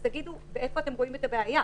אז תגידו איפה אתם רואים את הבעיה,